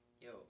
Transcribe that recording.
yo